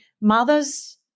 mothers